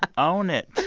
ah own it.